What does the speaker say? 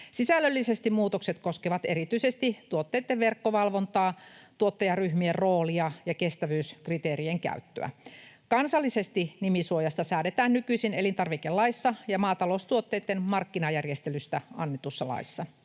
Sisällöllisesti muutokset koskevat erityisesti tuotteitten verkkovalvontaa, tuottajaryhmien roolia ja kestävyyskriteerien käyttöä. Kansallisesti nimisuojasta säädetään nykyisin elintarvikelaissa ja maataloustuotteitten markkinajärjestelystä annetussa laissa.